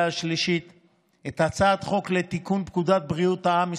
השלישית את הצעת החוק לתיקון פקודת בריאות העם (מס'